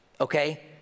Okay